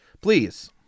Please